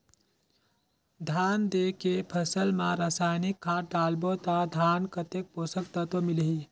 धान देंके फसल मा रसायनिक खाद डालबो ता धान कतेक पोषक तत्व मिलही?